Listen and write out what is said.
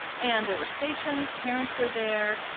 and there were stations, parents were there.